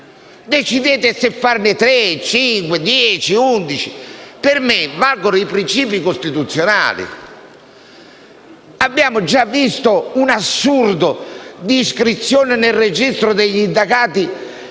decidete se autorizzarne tre, cinque, dieci o undici. Per me valgono i principi costituzionali. Abbiamo già visto un assurdo, cioè l'iscrizione nel registro degli indagati